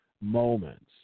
moments